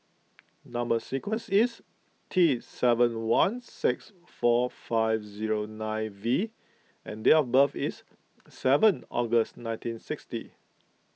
Number Sequence is T seven one six four five zero nine V and date of birth is seven August nineteen sixty